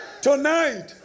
Tonight